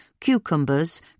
cucumbers